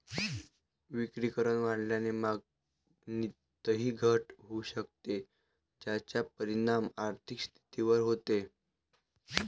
विक्रीकर वाढल्याने मागणीतही घट होऊ शकते, ज्याचा परिणाम आर्थिक स्थितीवर होतो